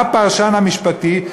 הפרשן המשפטי,